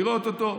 לראות אותו,